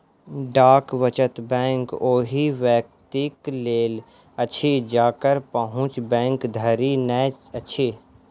डाक वचत बैंक ओहि व्यक्तिक लेल अछि जकर पहुँच बैंक धरि नै अछि